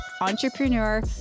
entrepreneur